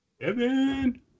Evan